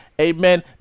amen